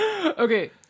okay